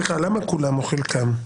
למה כולם או חלקם?